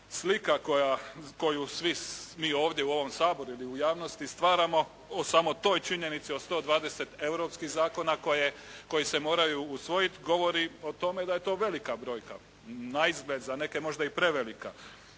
slika koju svi mi ovdje u ovom Saboru ili u javnosti stvaramo o samo toj činjenici od 120 europskih zakona koji se moraju usvojiti, govori o tome da je to velika brojka. Naizgled za neke možda i prevelika.